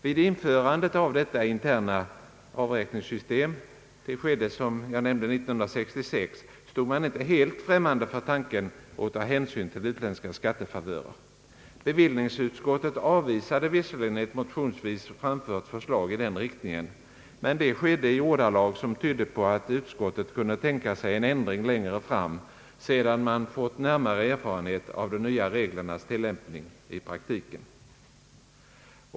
Vid införandet av detta interna avräkningssystem — det skedde som jag nämnt år 1966 — stod man inte helt främmande för tanken att ta hänsyn till utländska skattefavörer. Bevillningsutskottet avvisade visserligen ett motionsvis framfört förslag i den riktningen, men det skedde i ordalag som tydde på att utskottet kunde tänka sig en ändring längre fram, sedan man fått närmare erfarenhet av de nya reglernas tillämpning i praktiken.